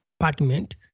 apartment